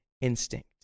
instinct